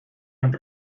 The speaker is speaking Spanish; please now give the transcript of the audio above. and